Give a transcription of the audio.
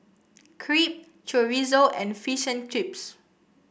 Crepe Chorizo and Fish and Chips